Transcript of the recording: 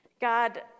God